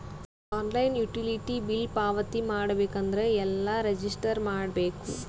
Online utility bill ಪಾವತಿ ಮಾಡಬೇಕು ಅಂದ್ರ ಎಲ್ಲ ರಜಿಸ್ಟರ್ ಮಾಡ್ಬೇಕು?